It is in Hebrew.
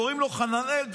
קוראים לו חננאל דיין.